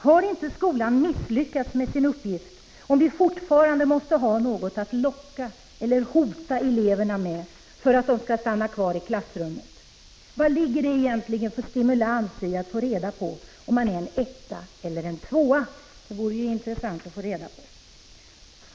Har inte skolan misslyckats med sin uppgift om vi fortfarande måste ha något att ”locka” eller ”hota” eleverna med för att de ska stanna kvar i klassrummet? Vad ligger det egentligen för stimulans i att få reda på att man är en ”etta” eller ”tvåa'?” — Det vore ju intressant att få reda på.